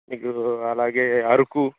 మీకు అలాగే అరకు